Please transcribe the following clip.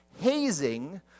Hazing